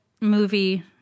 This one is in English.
movie